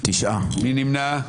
מי נמנע?